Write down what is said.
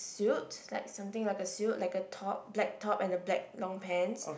suit like something like a suit like a top black top and a black long pants